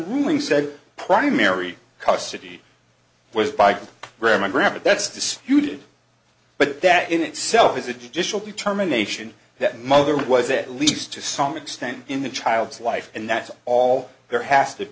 ruling said primary custody was by grandma grandma that's disputed but that in itself is a traditional determination that mother was at least to some extent in the child's life and that's all there has to